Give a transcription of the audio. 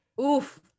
Oof